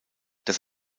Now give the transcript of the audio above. das